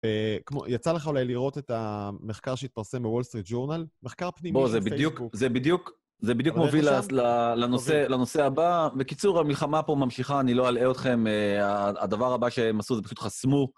כמו, יצא לך אולי לראות את המחקר שהתפרסם בוול סטריט ג'ורנל? מחקר פנימי של פייסבוק. זה בדיוק מוביל לנושא הבא. בקיצור, המלחמה פה ממשיכה, אני לא אלהה אתכם. הדבר הבא שהם עשו זה פשוט חסמו.